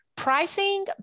Pricing